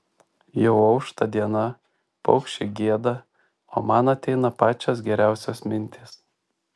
jau aušta diena paukščiai gieda o man ateina pačios geriausios mintys